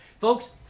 Folks